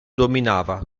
dominava